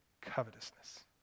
Covetousness